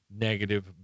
negative